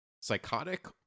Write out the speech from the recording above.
psychotic